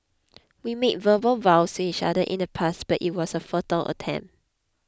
we made verbal vows to each other in the past but it was a futile attempt